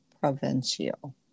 provincial